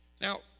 now